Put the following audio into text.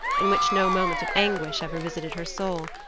in which no moment of anguish ever visited her soul,